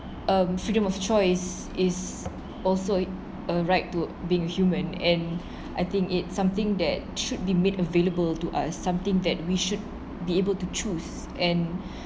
um freedom of choice is also a right to being a human and I think it's something that should be made available to us something that we should be able to choose and